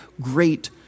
great